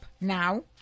now